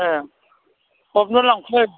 एह थाबनो लांफै